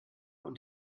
und